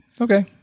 okay